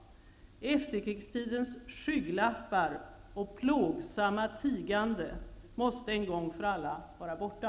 Efterkrigstidens skygglappar och plågsamma tigande måste en gång för alla vara borta.